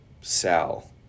Sal